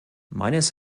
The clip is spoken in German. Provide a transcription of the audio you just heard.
meines